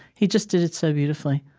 he just did it so beautifully.